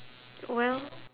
well